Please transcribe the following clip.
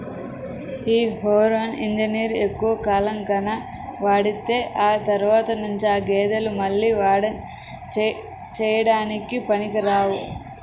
యీ హార్మోన్ ఇంజక్షన్లు ఎక్కువ కాలం గనక వాడితే ఆ తర్వాత నుంచి ఆ గేదెలు మళ్ళీ పాడి చేయడానికి పనికిరావు